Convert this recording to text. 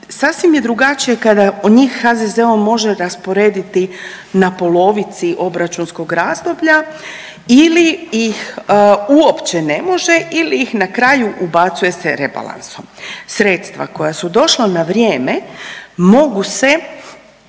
sasvim je drugačije kada njih HZZO može rasporediti na polovici obračunskog razdoblja ili ih uopće ne može ili ih na kraju ubacuje se rebalansom. Sredstva koja su došla na vrijeme mogu se